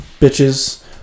bitches